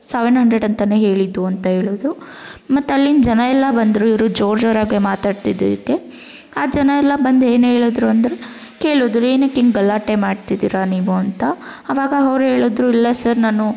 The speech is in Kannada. ಸವೆನ್ ಹಂಡ್ರೆಡ್ ಅಂತಲೇ ಹೇಳಿದ್ದು ಅಂಥೇಳಿದ್ರು ಮತ್ತೆ ಅಲ್ಲಿನ ಜನ ಎಲ್ಲ ಬಂದರು ಇವರು ಜೋರು ಜೋರಾಗಿಯೇ ಮಾತಾಡ್ತಿದ್ದಿದ್ದಕ್ಕೆ ಆ ಜನ ಎಲ್ಲ ಬಂದು ಏನೇಳಿದ್ರು ಅಂದರೆ ಕೇಳಿದ್ರು ಏನಕ್ಕಿಂಗೆ ಗಲಾಟೆ ಮಾಡ್ತಿದ್ದೀರಾ ನೀವು ಅಂತ ಆವಾಗ ಅವ್ರು ಹೇಳಿದ್ರು ಇಲ್ಲ ಸರ್ ನಾನು